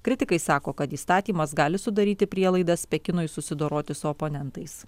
kritikai sako kad įstatymas gali sudaryti prielaidas pekinui susidoroti su oponentais